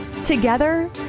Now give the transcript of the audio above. Together